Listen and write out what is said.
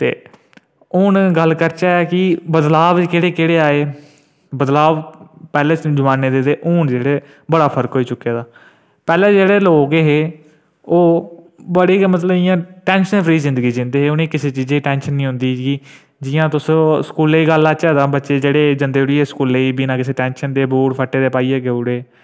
हुन गल्ल करचै कि बदलाव केह्ड़े केह्ड़े आए बदलाव पैह्ले जमाने दे ते हून जेह्ड़े बड़ा फर्क होई चुके दा पैह्ले जेह्ड़े लोक हे ओह् बड़ी गै मतलब इ'यां टैंशन फ्री जिंदगी जींदे हे उ'नेंगी गी कुसै चीजै दी टैंशन नेई होंदी ही जि'यां स्कूला दी गल्ल लाचै तां बच्चे जेह्ड़े जंदे उठी बिना कुसै टेंशन दे बूट फट्टे दे पाइयै गे उड़े